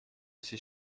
ces